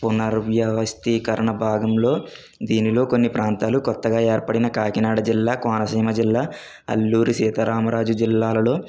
పునర్వ్యవస్థీకరణ భాగంలో దీనిలో కొన్ని ప్రాంతాలు కొత్తగా ఏర్పడిన కాకినాడ జిల్లా కోనసీమ జిల్లా అల్లూరి సీతారామరాజు జిల్లాలలో